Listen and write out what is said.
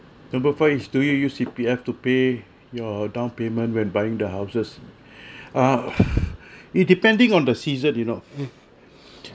number four is do you use C_P_F to pay your down payment when buying the houses uh it depending on the season you know